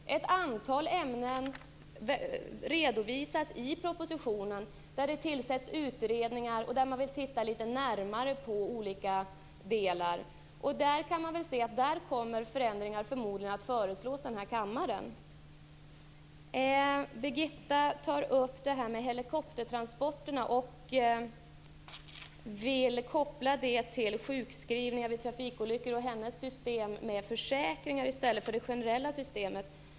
Ett antal ämnen redovisas i propositionen där det tillsätts utredningar och där man vill titta närmare på olika delar. Där kommer förändringar förmodligen att föreslås inför denna kammare. Birgitta Wistrand tar upp helikoptertransporterna och vill koppla den frågan till sjukskrivning vid trafikolyckor och hennes system med försäkringar i stället för det generella systemet.